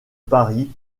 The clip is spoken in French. paris